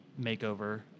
makeover